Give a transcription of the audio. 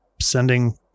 sending